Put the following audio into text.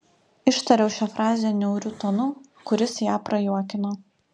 ištariau šią frazę niauriu tonu kuris ją prajuokino